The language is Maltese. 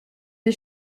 lil